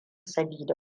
sabida